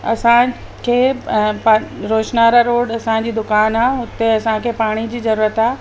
असां खे रेशमा वारा रोड असांजी दुकान आहे हुते असांखे पाणी जी ज़रूरत आहे